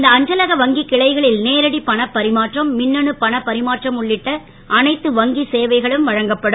இந்த அஞ்சலக வங்கி கிளைகளில் நேரடி பண பரிமாற்றம் மின்னணு பண பரிமாற்றம் உள்ளிட்ட அனைத்து வங்கி சேவைகளும் வழங்கப்படும்